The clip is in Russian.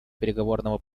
переговорного